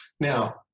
Now